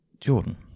Jordan